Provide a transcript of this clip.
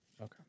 Okay